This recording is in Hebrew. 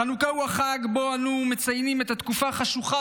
חנוכה הוא החג שבו אנו מציינים את התקופה החשוכה